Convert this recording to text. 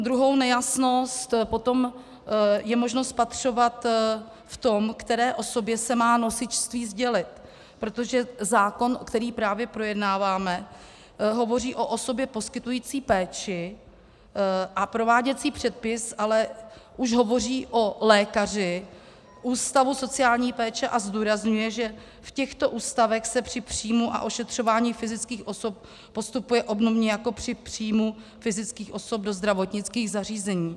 Druhou nejasnost potom je možno spatřovat v tom, které osobě se má nosičství sdělit, protože zákon, který právě projednáváme, hovoří o osobě poskytující péči, a prováděcí předpis ale už hovoří o lékaři ústavu sociální péče a zdůrazňuje, že v těchto ústavech se při příjmu a ošetřování fyzických osob postupuje obdobně jako při příjmu fyzických osob do zdravotnických zařízení.